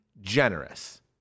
generous